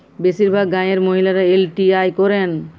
বেশিরভাগ গাঁয়ের মহিলারা এল.টি.আই করেন